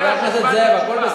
שישמע את התשובה.